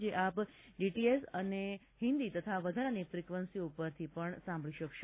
જે આપ ડીટીએસ હિન્દી તથા વધારાની ફિકન્સીઓ પરથી સાંભળી શકશો